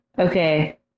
Okay